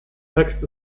text